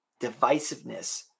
divisiveness